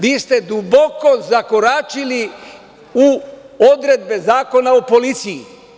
Vi ste duboko zakoračili u odredbe Zakona o policiji.